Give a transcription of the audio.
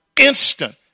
instant